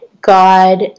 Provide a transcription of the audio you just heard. God